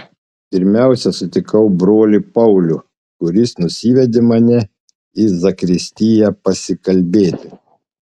pirmiausia sutikau brolį paulių kuris nusivedė mane į zakristiją pasikalbėti